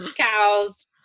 cows